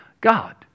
God